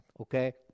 okay